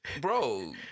Bro